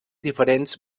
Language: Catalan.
diferents